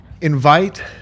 invite